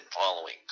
following